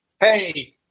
hey